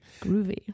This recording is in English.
groovy